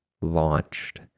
launched